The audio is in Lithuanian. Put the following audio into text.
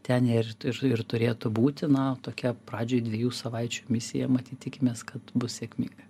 ten ir ir ir turėtų būti na tokia pradžioj dviejų savaičių misija matyt tikimės kad bus sėkminga